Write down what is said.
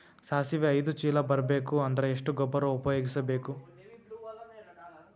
ಸಾಸಿವಿ ಐದು ಚೀಲ ಬರುಬೇಕ ಅಂದ್ರ ಎಷ್ಟ ಗೊಬ್ಬರ ಉಪಯೋಗಿಸಿ ಬೇಕು?